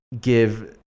give